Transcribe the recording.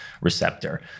receptor